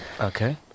okay